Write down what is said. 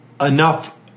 enough